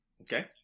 Okay